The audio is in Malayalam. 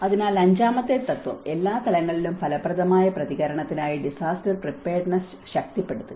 അതിനാൽ അഞ്ചാമത്തെ തത്വം എല്ലാ തലങ്ങളിലും ഫലപ്രദമായ പ്രതികരണത്തിനായി ഡിസാസ്റ്റർ പ്രീപയേർഡ്നെസ്സ് ശക്തിപ്പെടുത്തുക